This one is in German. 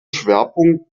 schwerpunkt